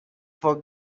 for